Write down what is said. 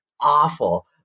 awful